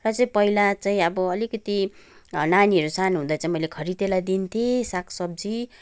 र चाहिँ पहिला चाहिँ अब अलिकति नानीहरू सानो हुँदा चाहिँ मैले खरिदेलाई दिन्थेँ सागसब्जी